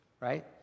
right